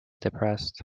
depressed